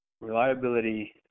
reliability